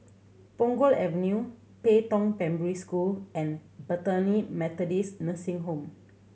Punggol Avenue Pei Tong Primary School and Bethany Methodist Nursing Home